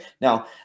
Now